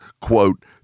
quote